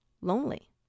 lonely